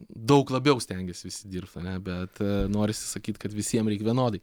daug labiau stengiasi visi dirbt ane bet norisi sakyt kad visiem reik vienodai